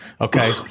Okay